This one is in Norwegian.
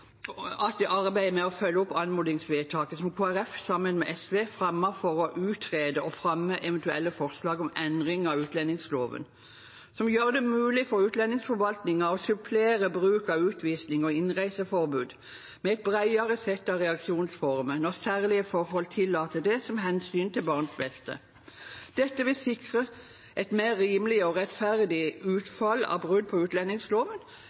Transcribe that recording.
arbeidet med å følge opp anmodningsvedtaket som Kristelig Folkeparti, sammen med SV, fremmet for å utrede og fremme eventuelle forslag om endring av utlendingsloven som gjør det mulig for utlendingsforvaltningen å supplere bruk av utvisning og innreiseforbud med et bredere sett av reaksjonsformer når særlige forhold tillater det, som hensynet til barnets beste. Dette vil sikre et mer rimelig og rettferdig utfall av brudd på utlendingsloven.